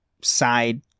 side